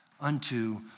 unto